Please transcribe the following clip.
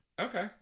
Okay